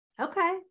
okay